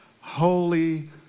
holy